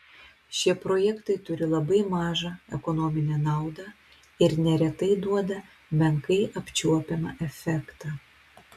šie projektai turi labai mažą ekonominę naudą ir neretai duoda menkai apčiuopiamą efektą